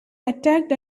attacked